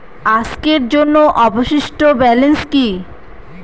আজকের জন্য অবশিষ্ট ব্যালেন্স কি?